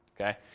okay